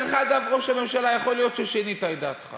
דרך אגב, ראש הממשלה, יכול להיות ששינית את דעתך